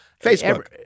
Facebook